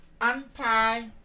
anti